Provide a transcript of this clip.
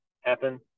happen